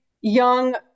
young